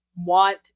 want